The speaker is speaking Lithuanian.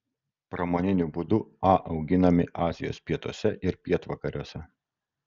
pramoniniu būdu a auginami azijos pietuose ir pietvakariuose